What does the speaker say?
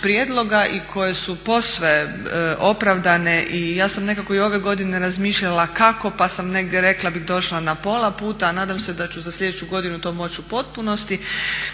prijedloga, koji su posve opravdani, i ja sam nekako i ove godine razmišljala kako pa sam negdje rekla i došla na pola puta a nadam se da ću za sljedeću godinu to moći u potpunosti,